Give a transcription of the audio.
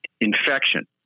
infection